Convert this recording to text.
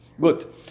Good